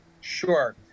Sure